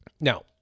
Now